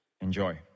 enjoy